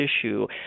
issue